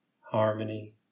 Harmony